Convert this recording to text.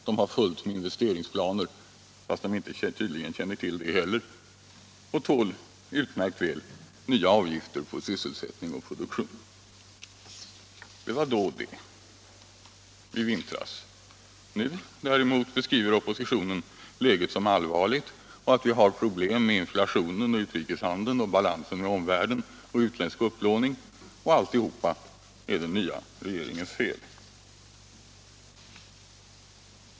De har fullt med investeringsplaner, fast de tydligen inte känner till det heller och tål utmärkt väl nya avgifter på sysselsättning och produktion. Det var då det, i vintras. Nu däremot beskriver oppositionen läget som allvarligt och framhåller att vi har problem med inflationen, utrikeshandeln, balansen med omvärlden och utländsk upplåning. Och alltihop är den nya regeringens fel.